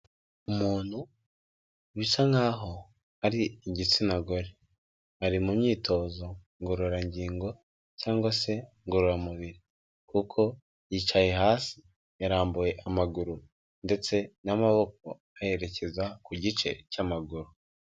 Umuntu bisa nkaho ari igitsina gore ari mu myitozo ngororangingo cyangwa se ngororamubiri, kuko yicaye hasi yarambuye amaguru ndetse n'amaboko ayerekeza ku gice cy'amaguru.